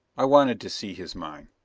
i wanted to see his mine.